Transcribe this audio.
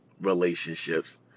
relationships